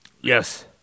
Yes